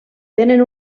tenen